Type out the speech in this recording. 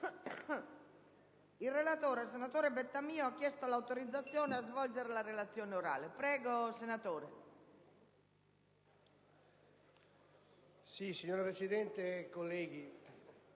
Ilrelatore, senatore Bettamio, ha chiesto l'autorizzazione a svolgere la relazione orale. Non facendosi